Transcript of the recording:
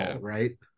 right